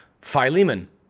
Philemon